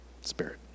spirit